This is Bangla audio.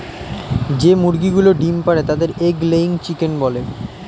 যে মুরগিগুলো ডিম পাড়ে তাদের এগ লেয়িং চিকেন বলে